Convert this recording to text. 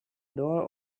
door